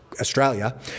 Australia